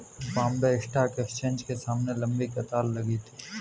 Bombay stock exchange के सामने लंबी कतार लगी थी